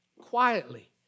quietly